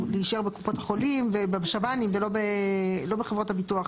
להישאר בקופות החולים בשב"נים ולא בחברות הביטוח.